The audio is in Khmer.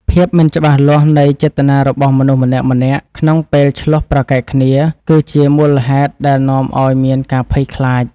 ភាពមិនច្បាស់លាស់នៃចេតនារបស់មនុស្សម្នាក់ៗក្នុងពេលឈ្លោះប្រកែកគ្នាគឺជាមូលហេតុដែលនាំឱ្យមានការភ័យខ្លាច។